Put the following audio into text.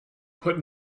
put